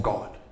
God